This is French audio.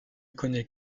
connaît